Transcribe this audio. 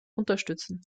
unterstützen